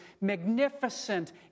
magnificent